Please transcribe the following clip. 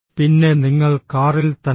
പിന്നെ നിങ്ങൾ കാറിൽ തന്നെ